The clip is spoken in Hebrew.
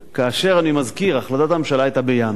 כאשר אני מזכיר, החלטת הממשלה היתה בינואר,